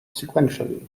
sequentially